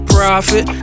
Profit